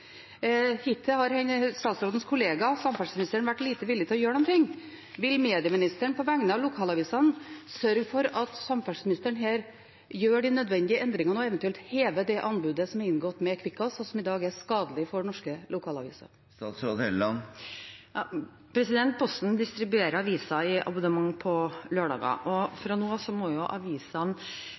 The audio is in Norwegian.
Hittil har statsrådens kollega samferdselsministeren vært lite villig til å gjøre noe. Vil medieministeren på vegne av lokalavisene sørge for at samferdselsministeren her gjør de nødvendige endringene og eventuelt hever det anbudet som er inngått med Kvikkas, og som i dag er skadelig for norske lokalaviser? Posten distribuerer aviser i abonnement på lørdager. Fra nå av må avisene